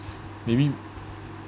maybe